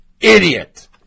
idiot